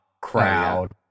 crowd